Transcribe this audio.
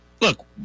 look